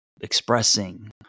expressing